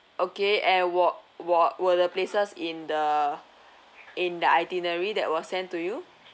okay and were were were the places in the in the itinerary that were sent to you